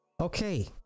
okay